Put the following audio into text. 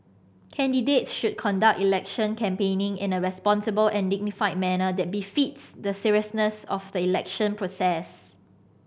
candidates should conduct election campaigning in a responsible and dignified manner that befits the seriousness of the election process